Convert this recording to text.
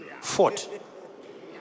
fought